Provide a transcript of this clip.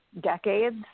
decades